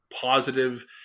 positive